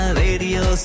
radio